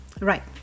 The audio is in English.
Right